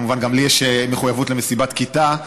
כמובן, גם לי יש מחויבות למסיבת כיתה,